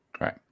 Right